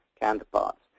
counterparts